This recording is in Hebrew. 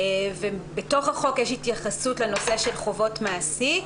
בתוך החוק יש התייחסות לנושא של חובות מעסיק.